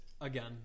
Again